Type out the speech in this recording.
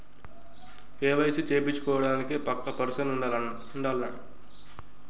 KYC చేపిచ్చుకోవడానికి పక్కా person ఉండాల్నా?